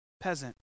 peasant